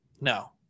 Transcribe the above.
No